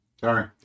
Sorry